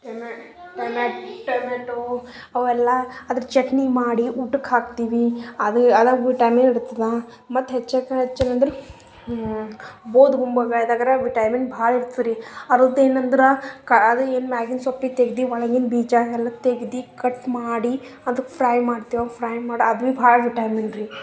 ಟಮೆ ಟೊಮೆ ಟೊಮ್ಯಾಟೊ ಅವೆಲ್ಲ ಅದರ ಚಟ್ನಿ ಮಾಡಿ ಊಟಕ್ಕೆ ಹಾಕ್ತೀವಿ ಅದು ಅದ್ರಾಗ ವಿಟಾಮಿನ್ ಇರ್ತದೆ ಮತ್ತು ಹೆಚ್ಚಾಕ ಹೆಚ್ಚಾಕಂದ್ರೆ ಬೂದುಗುಂಬಳಕಾಯಿದಗರ ವಿಟಾಮಿನ್ ಭಾಳ ಇರ್ತದ್ರಿ ಅದರ ಏನಂದ್ರೆ ಕಾ ಅದು ಏನು ಮ್ಯಾಗಿನ ಸೊಪ್ಪಿ ತೆಗ್ದು ಒಳಗಿನ ಬೀಜನೆಲ್ಲ ತೆಗ್ದು ಕಟ್ ಮಾಡಿ ಅದು ಫ್ರೈ ಮಾಡ್ತೀವಿ ಫ್ರೈ ಮಾಡಿ ಅದು ಭಿ ಭಾಳ ವಿಟಾಮಿನ್ರಿ